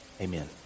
Amen